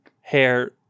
hair